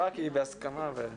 ובהקמה של